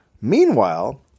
Meanwhile